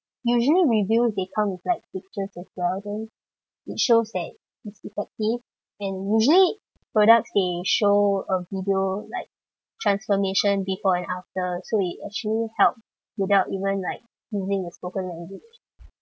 usually reviews they come with like pictures as well then it shows that it's effective and usually products they show a video like transformation before and after so it actually helps without even like using a spoken language